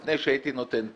לפני שהייתי נותן פה,